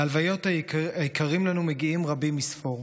להלוויות היקרים לנו מגיעים רבים מספור.